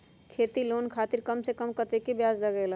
खेती लोन खातीर कम से कम कतेक ब्याज लगेला?